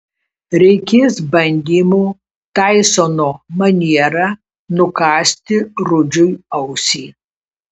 reikės bandymo taisono maniera nukąsti rudžiui ausį